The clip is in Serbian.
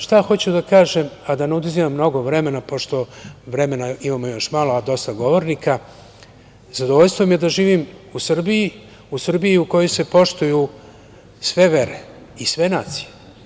Šta hoću da kažem, a da ne oduzimam mnogo vremena pošto vremena imamo još malo, a dosta govornika, zadovoljstvo mi je da živim u Srbiji, u Srbiji u kojoj se poštuju sve vere i sve nacije.